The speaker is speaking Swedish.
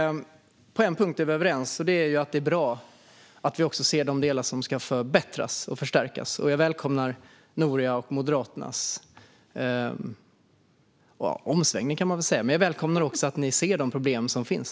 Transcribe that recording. På en punkt är vi överens. Det är att det är bra att vi ser de delar som ska förbättras och förstärkas. Jag välkomnar Norias och Moderaternas omsvängning. Jag välkomnar också att ni ser de problem som finns.